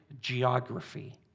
geography